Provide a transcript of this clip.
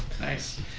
Nice